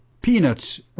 Peanuts